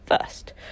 first